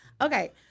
Okay